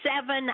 seven